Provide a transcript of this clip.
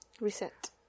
Reset